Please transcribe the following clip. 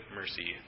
mercy